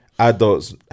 Adults